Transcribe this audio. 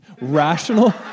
Rational